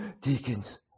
Deacons